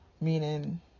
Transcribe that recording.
Meaning